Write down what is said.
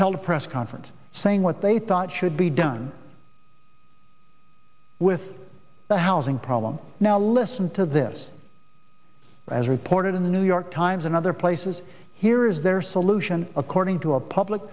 held a press conference saying what they thought should be done with the housing problem now listen to this as report and in the new york times and other places here is their solution according to a public